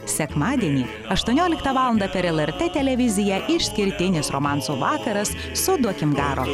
sekmadienį aštuonioliktą valandą per lrt televiziją išskirtinis romansų vakaras su duokim garo